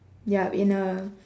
yup in a